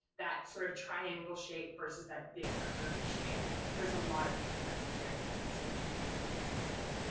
that sort of triangle shape versus that big curvy shape, so there's a lot of the differences there that you can see between the two of these people.